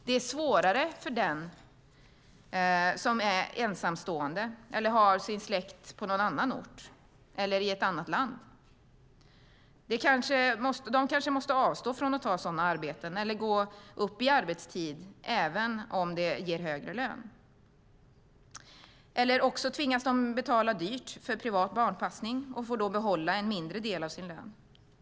Det är svårare för den som är ensamstående eller har sin släkt på annan ort - eller i ett annat land. De kanske måste avstå från att ta sådana arbeten eller från att gå upp i arbetstid även om det ger högre lön, eller också tvingas de betala dyrt för privat barnpassning och får då behålla en mindre del av sin lön.